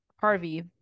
Harvey